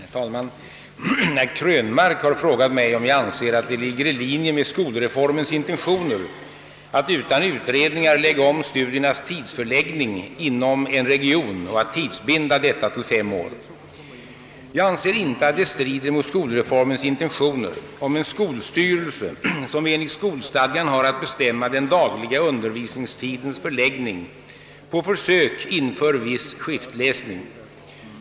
Herr talman! Herr Krönmark har frågat mig, om jag anser att det ligger i linje med skolreformens intentioner att utan utredningar lägga om studiernas tidsförläggning inom en region och att tidsbinda detta till fem år. Jag anser inte att det strider mot skolreformens intentioner, om en skolstyrelse, som enligt skolstadgan har att bestämma den dagliga undervisningstidens förläggning, på försök inför viss skiftläsning.